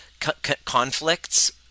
conflicts